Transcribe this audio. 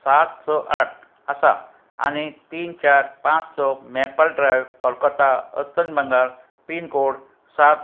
सात स आठ आसा आनी तीन चार पांच स मेपाल ड्रायव्ह कोलकता अस्तंत बंगाल पिनकोड सात